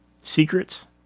secrets